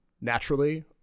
naturally